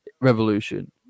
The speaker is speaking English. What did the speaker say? revolution